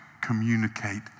communicate